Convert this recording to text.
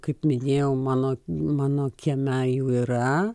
kaip minėjau mano mano kieme jau yra